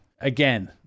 Again